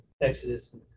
Exodus